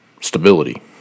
stability